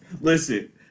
listen